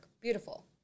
beautiful